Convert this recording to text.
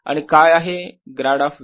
आणि काय आहे ग्रॅड ऑफ V